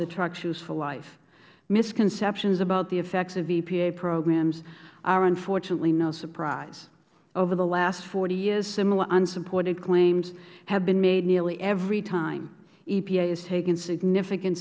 the truck's useful life misconceptions about the effects of epa programs are unfortunately no surprise over the last forty years similar unsupported claims have been made nearly every time epa has taken significant